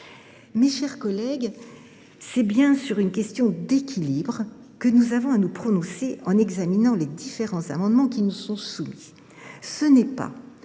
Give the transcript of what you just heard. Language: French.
Mes chers collègues, c’est bien sur une question d’équilibre que nous aurons à nous prononcer lors de l’examen des différents amendements qui nous sont soumis. Contrairement